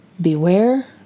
Beware